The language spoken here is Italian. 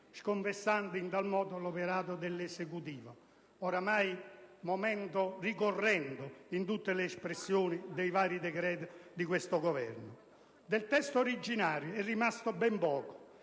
sconfessando, in tal modo, l'operato dell'Esecutivo (oramai momento ricorrente in tutte le espressioni dei vari decreti-legge di questo Governo). Del testo originario è rimasto ben poco: